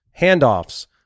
handoffs